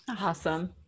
Awesome